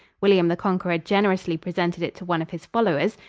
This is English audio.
william the conqueror generously presented it to one of his followers,